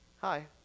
Hi